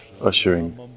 ushering